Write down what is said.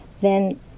Then